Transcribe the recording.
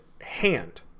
hand